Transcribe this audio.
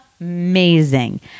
Amazing